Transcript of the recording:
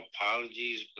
apologies